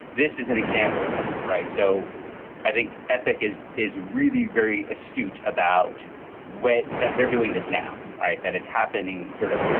this is an example of that. right. so i think epic is is really very astute about what they're doing this now. right. that it's happening sort of,